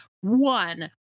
One